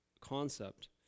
concept